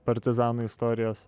partizanų istorijos